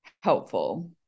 helpful